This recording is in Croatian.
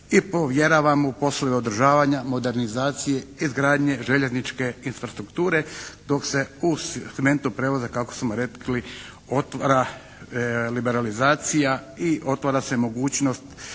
i povjerava mu poslove održavanja, modernizacije, izgradnje željezničke infrastrukture dok se u …/Govornik se ne razumije./… prijevoza kako smo rekli otvara liberalizacija i otvara se mogućnost